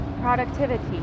productivity